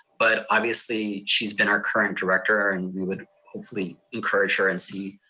but obviously, she's been our current director, and we would hopefully encourage her and see,